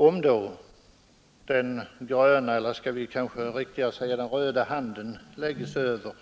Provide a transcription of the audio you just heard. Om då den gröna eller skall vi säga den röda handen lägger sig över